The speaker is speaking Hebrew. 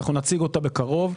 נציג אותה בקרוב.